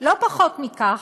לא פחות מזה,